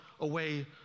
away